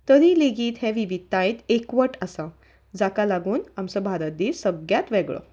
तरी लेगीत हें विविधतायेंत एकवट आसा जाका लागून आमचो भारत देस सगळ्यांत वेगळो